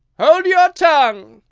hold your tongue!